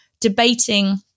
debating